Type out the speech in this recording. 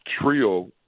trio